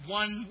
one